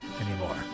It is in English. anymore